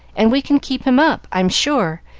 and we can keep him up, i'm sure,